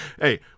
Hey